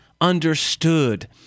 understood